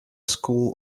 school